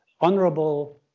honorable